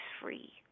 free